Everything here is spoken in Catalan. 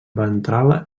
ventral